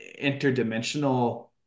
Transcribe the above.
interdimensional